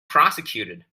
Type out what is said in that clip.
prosecuted